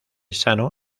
sano